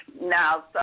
Now